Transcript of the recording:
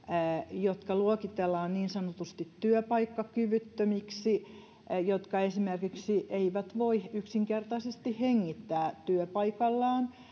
jotka luokitellaan niin sanotusti työpaikkakyvyttömiksi jotka esimerkiksi eivät voi yksinkertaisesti hengittää työpaikallaan